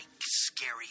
scary